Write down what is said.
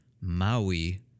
Maui